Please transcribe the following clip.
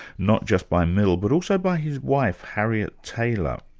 not just by mill but also by his wife, harriet taylor,